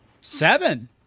seven